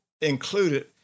included